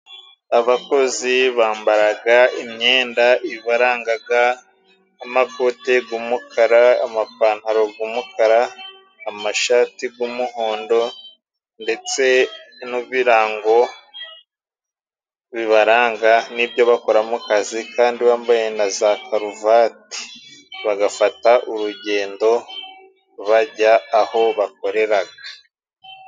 Abakozi bambaraga imyenda ibarangaga amakote g' umukara ,amapantaro g'umukara ,amashati g'umuhondo ndetse n'ibirango bibaranga n'ibyo bakora mu kazi kandi bambaye na za karuvati, bagafata urugendo bajya aho bakoreraga.